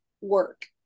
work